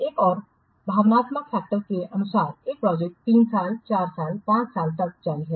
एक और भावनात्मक फैक्टरस के अनुसार एक प्रोजेक्ट तीन साल चार साल पांच साल तक जारी है